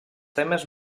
temes